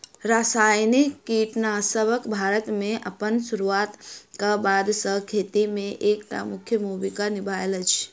रासायनिक कीटनासकसब भारत मे अप्पन सुरुआत क बाद सँ खेती मे एक टा मुख्य भूमिका निभायल अछि